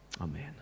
amen